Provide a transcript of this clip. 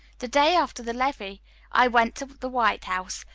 the day after the levee i went to the white house,